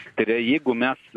tai yra jeigu mes